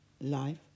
Life